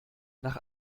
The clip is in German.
nach